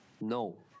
no